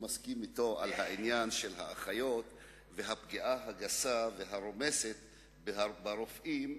בעניין האחיות והפגיעה הגסה והרומסת ברופאים,